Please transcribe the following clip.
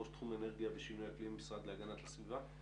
ראש תחום אנרגיה ושינוי אקלים במשרד להגנת הסביבה.